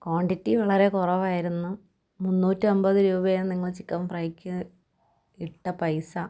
quantity വളരെ കുറവായിരുന്നു മുന്നൂറ്റൻപത് രൂപയാണ് നിങ്ങൾ ചിക്കൻ ഫ്രൈക്ക് ഇട്ട പൈസ